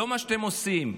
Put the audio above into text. לא מה שאתם עושים.